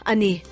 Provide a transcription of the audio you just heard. Ani